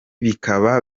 bikaba